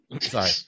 Sorry